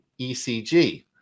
ECG